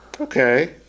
Okay